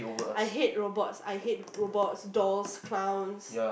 I hate robots I hate robots dolls clowns